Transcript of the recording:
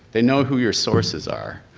they know who your sources are,